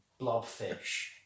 Blobfish